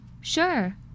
Sure